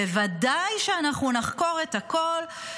בוודאי שאנחנו נחקור את הכול,